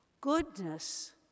goodness